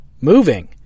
moving